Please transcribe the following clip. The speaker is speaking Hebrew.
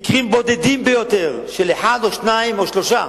מקרים בודדים ביותר, של אחד, או שניים, או שלושה,